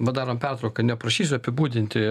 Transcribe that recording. padarom pertrauką neprašysiu apibūdinti